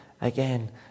again